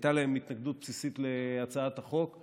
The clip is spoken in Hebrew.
הייתה להם התנגדות בסיסית להצעת החוק,